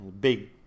big